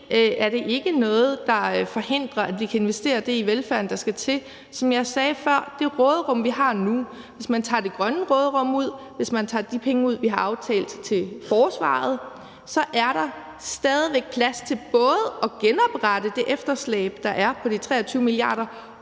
er det ikke noget, der forhindrer, at vi kan investere det i velfærden, der skal til. Som jeg sagde før, er det sådan i forhold til det råderum, vi har nu, at hvis man tager det grønne råderum ud, og hvis man tager de penge ud, vi har aftalt til forsvaret, så er der stadig væk plads til både at genoprette det efterslæb på de 23 mia. kr.,